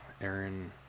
aaron